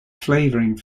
flavouring